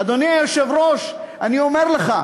אדוני היושב-ראש, אני אומר לך,